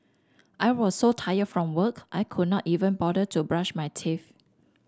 I was so tired from work I could not even bother to brush my teeth